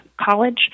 college